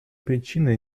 причины